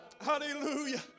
Hallelujah